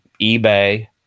eBay